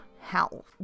health